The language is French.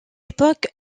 époque